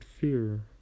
fear